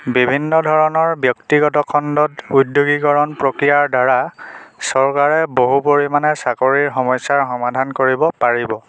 বিভিন্ন ধৰণৰ ব্যক্তিগত খণ্ডত উদ্যোগীকৰণ প্ৰক্ৰিয়াৰ দ্বাৰা চৰকাৰে বহুপৰিমাণে চাকৰিৰ সমস্যাৰ সমাধান কৰিব পাৰিব